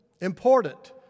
Important